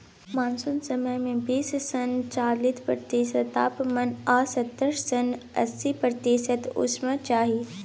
monsoon समय मे बीस सँ चालीस प्रतिशत तापमान आ सत्तर सँ अस्सी प्रतिशत उम्मस चाही